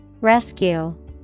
Rescue